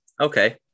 okay